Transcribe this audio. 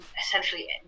essentially